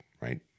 right